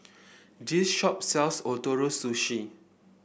this shop sells Ootoro Sushi